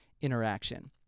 interaction